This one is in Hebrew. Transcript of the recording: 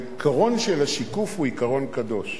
העיקרון של השיקוף הוא עיקרון קדוש,